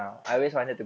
mm